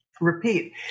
repeat